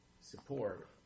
support